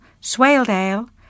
Swaledale